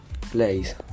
place